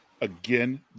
Again